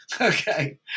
okay